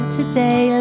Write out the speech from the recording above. today